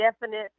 definite